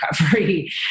recovery